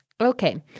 Okay